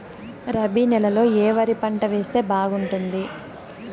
రబి నెలలో ఏ వరి పంట వేస్తే బాగుంటుంది